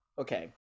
Okay